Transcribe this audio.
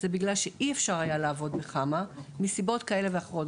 זה בגלל שאי אפשר היה לעבוד בחמ"ע מסיבות כאלה ואחרות.